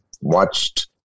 watched